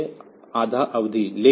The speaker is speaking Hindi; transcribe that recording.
तो यह आधा अवधि